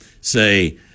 say